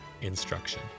instruction